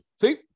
see